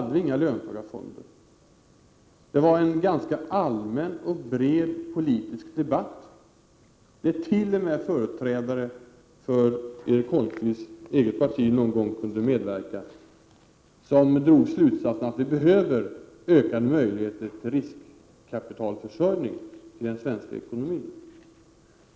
Det fördes en ganska allmän och bred politisk debatt, där t.o.m. företrädare för Erik Holmkvists eget parti någon gång medverkade, och slutsatsen drogs att det behövdes ökade möjligheter till riskkapitalförsörjning i den svenska ekonomin.